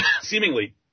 seemingly